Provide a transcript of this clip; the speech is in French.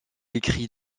écrit